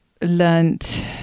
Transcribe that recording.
learnt